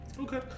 Okay